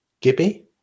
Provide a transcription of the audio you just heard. Gibby